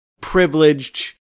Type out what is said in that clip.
privileged